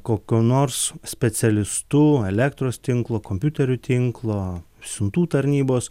kokiu nors specialistu elektros tinklo kompiuterių tinklo siuntų tarnybos